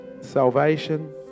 salvation